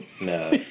No